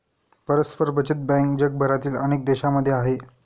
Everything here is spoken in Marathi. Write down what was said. परस्पर बचत बँक जगभरातील अनेक देशांमध्ये आहे